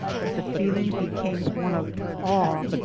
that the feeling became one of awe,